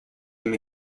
him